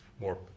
more